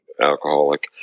alcoholic